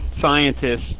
scientists